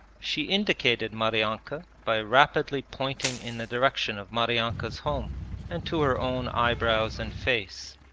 she indicated maryanka by rapidly pointing in the direction of maryanka's home and to her own eyebrows and face,